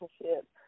relationship